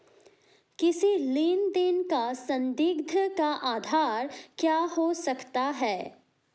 किसी लेन देन का संदिग्ध का आधार क्या हो सकता है?